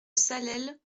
salelles